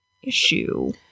issue